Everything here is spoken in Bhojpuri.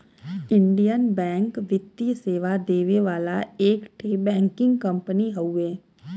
इण्डियन बैंक वित्तीय सेवा देवे वाला एक ठे बैंकिंग कंपनी हउवे